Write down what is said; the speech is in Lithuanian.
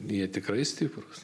jie tikrai stiprūs